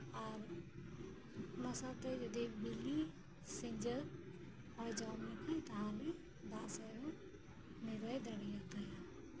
ᱟᱨ ᱚᱱᱟ ᱥᱟᱶᱛᱮ ᱡᱩᱫᱤ ᱵᱤᱞᱤ ᱥᱤᱸᱡᱳ ᱡᱚᱢ ᱞᱮᱠᱷᱟᱱ ᱛᱟᱦᱞᱮ ᱫᱟᱜ ᱥᱮᱜ ᱦᱚᱸ ᱱᱤᱨᱟᱹᱭ ᱫᱟᱲᱮᱭᱟ ᱛᱟᱭᱟ